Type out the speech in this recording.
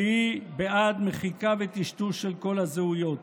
שהיא בעד מחיקה וטשטוש של כל הזהויות.